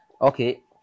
Okay